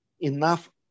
enough